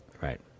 Right